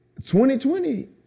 2020